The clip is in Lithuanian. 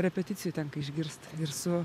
repeticijų tenka išgirst ir su